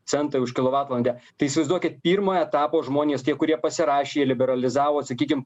centai už kilovatvalandę tai įsivaizduokit pirmojo etapo žmonės tie kurie pasirašė liberalizavo sakykim